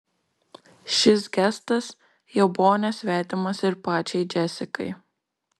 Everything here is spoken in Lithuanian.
šis gestas jau buvo nesvetimas ir pačiai džesikai